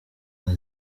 nka